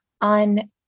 on